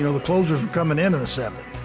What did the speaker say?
you know the closers were coming in, in the seventh.